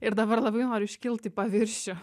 ir dabar labai noriu iškilt į paviršių